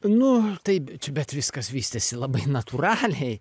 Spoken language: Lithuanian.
nu taip čia bet viskas vystėsi labai natūraliai